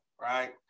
right